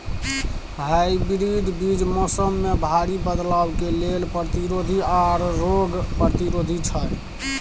hybrid बीज मौसम में भारी बदलाव के लेल प्रतिरोधी आर रोग प्रतिरोधी छै